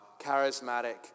charismatic